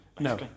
No